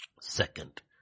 Second